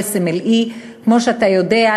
USMLE. כמו שאתה יודע,